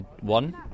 one